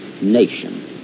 nation